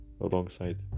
alongside